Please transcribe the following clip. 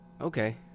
Okay